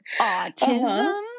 autism